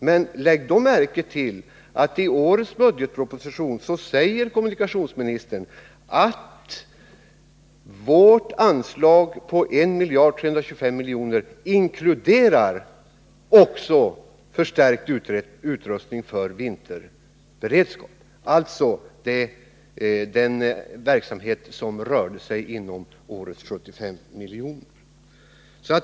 Men lägg märke till att kommunikationsministern i årets budgetproposition säger att vårt anslag på 1325 miljoner inkluderar också anslag för förstärkning av vinterberedskapen vid SJ, alltså den verksamhet för vilken det i år rörde sig om 75 miljoner.